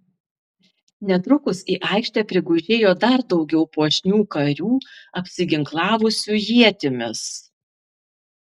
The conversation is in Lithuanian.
netrukus į aikštę prigužėjo dar daugiau puošnių karių apsiginklavusių ietimis